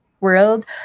world